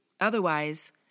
Otherwise